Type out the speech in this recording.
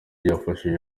yifashishije